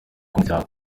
umuryango